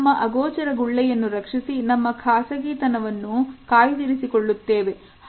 ನಮ್ಮ ಅಗೋಚರ ಗುಳ್ಳೆಯನ್ನು ರಕ್ಷಿಸಿ ನಮ್ಮ ಖಾಸಗಿತನವನ್ನು ಕಾಯ್ದಿರಿಸಿ ಕೊಳ್ಳುತ್ತೇವೆ